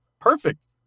perfect